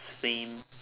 same